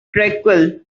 tranquil